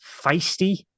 feisty